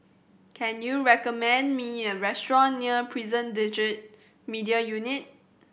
can you recommend me a restaurant near Prison Digital Media Unit